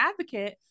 advocate